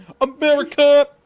America